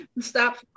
Stop